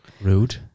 Rude